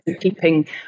keeping